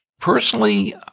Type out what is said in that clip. personally